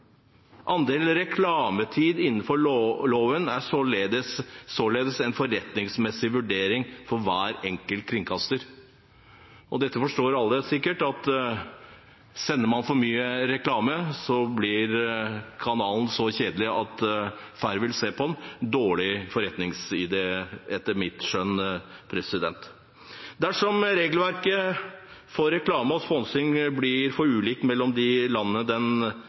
reklametid innenfor loven er således en forretningsmessig vurdering for hver enkelt kringkaster. Og det forstår sikkert alle at sender man for mye reklame, blir kanalen så kjedelig at færre vil se på den. En dårlig forretningsidé, etter mitt skjønn. Dersom regelverket for reklame og sponsing blir for ulikt mellom de landene